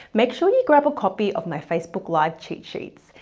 make sure you grab a copy of my facebook live cheat sheets.